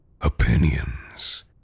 opinions